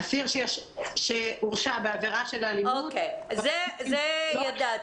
אסיר שהורשע בעבירה של אלימות --- את זה ידעתי.